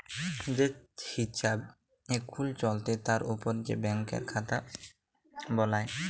যে হিছাব এখুল চলতি তার উপর যে ব্যাংকের খাতা বালাই